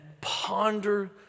ponder